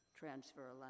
transfer